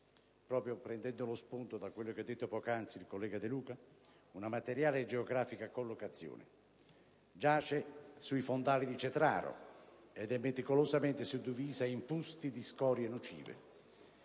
oggi, prendendo spunto da ciò che ha detto poc'anzi il collega De Luca, materiale e geografica collocazione: essa giace sui fondali di Cetraro ed è meticolosamente suddivisa in fusti di scorie nocive;